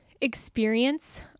experience